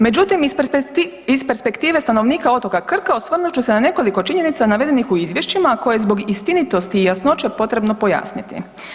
Međutim, iz perspektive stanovnika otoka Krka osvrnut ću se na nekoliko činjenica navedenih u izvješćima, a koje je zbog istinitosti i jasnoće potrebno pojasniti.